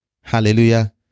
Hallelujah